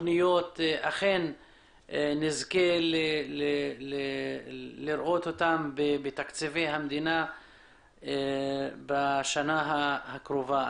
התכניות אכן נזכה לראות אותם בתקציבי המדינה בשנה הקרובה.